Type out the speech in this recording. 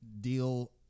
deal